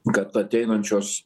kad ateinančios